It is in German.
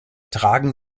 tragen